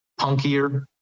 punkier